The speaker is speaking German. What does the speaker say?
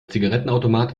zigarettenautomat